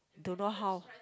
don't know how